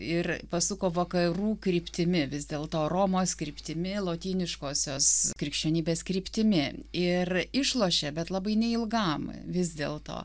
ir pasuko vakarų kryptimi vis dėlto romos kryptimi lotyniškosios krikščionybės kryptimi ir išlošė bet labai neilgam vis dėlto